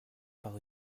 par